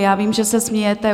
Já vím, že se smějete.